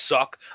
suck